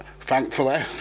Thankfully